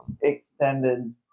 extended